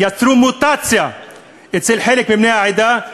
יצרו מוטציה אצל חלק מבני העדה,